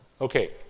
Okay